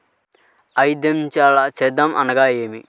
ఐదంచెల సేద్యం అనగా నేమి?